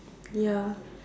ya